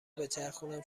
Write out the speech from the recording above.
بچرخونم